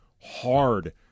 hard